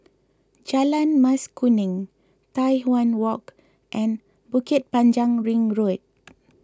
Jalan Mas Kuning Tai Hwan Walk and Bukit Panjang Ring Road